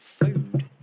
food